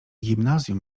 gimnazjum